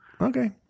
Okay